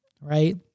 Right